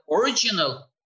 original